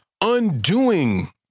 undoing